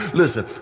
listen